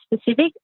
specific